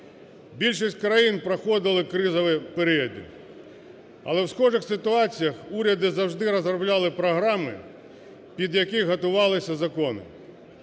Більшість країн проходили кризові періоди, але в схожих ситуаціях уряди завжди розробляли програми, під які готувалися закони.